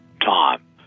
time